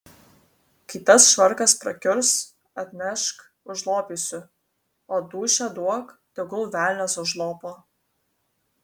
kai tas švarkas prakiurs atnešk užlopysiu o dūšią duok tegul velnias užlopo